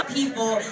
people